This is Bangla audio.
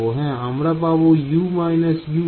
হ্যাঁ আমরা পাব U − Uinc